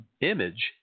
image